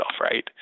Right